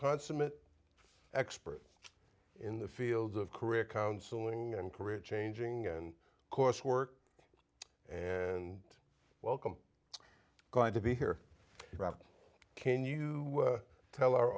consummate expert in the fields of career counseling and career changing and coursework and welcome glad to be here can you tell our